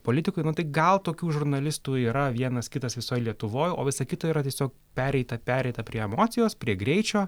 politikui nu tai gal tokių žurnalistų yra vienas kitas visoj lietuvoj o visa kita yra tiesiog pereita pereita prie emocijos prie greičio